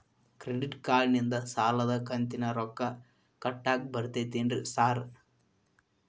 Credit ಕಾರ್ಡನಿಂದ ಸಾಲದ ಕಂತಿನ ರೊಕ್ಕಾ ಕಟ್ಟಾಕ್ ಬರ್ತಾದೇನ್ರಿ ಸಾರ್?